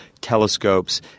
telescopes